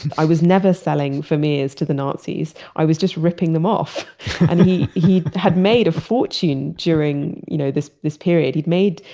and i was never selling vermeers to the nazis. i was just ripping them off and he had made a fortune during you know this this period. he'd made,